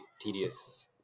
tedious